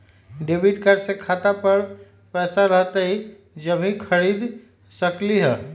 Debit card से खाता पर पैसा रहतई जब ही खरीद सकली ह?